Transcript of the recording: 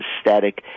static